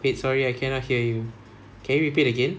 wait sorry I cannot hear you can you repeat again